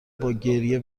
باگریه